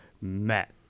Matt